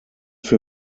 für